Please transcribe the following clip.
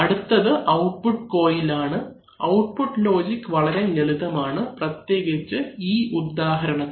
അടുത്തത് output coil ആണ് output logic വളരെ ലളിതമാണ് പ്രത്യേകിച്ച് ഈ ഉദാഹരണത്തിന്